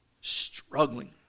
struggling